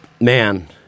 man